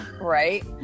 Right